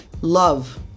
Love